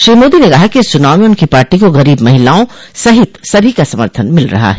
श्री मोदी ने कहा कि इस चुनाव में उनकी पार्टी को गरीब महिलाओं सहित सभी का समर्थन मिल रहा है